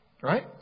right